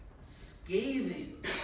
scathing